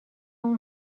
اون